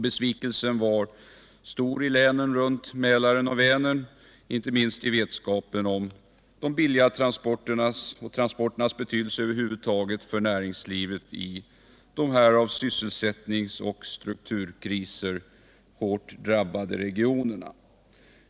Besvikelsen var stor i länen runt Mälaren och Vänern, inte minst i vetskapen om de billiga transporternas betydelse över huvud taget för näringslivet i de av sysselsättningsoch strukturkriser hårt drabbade regionerna.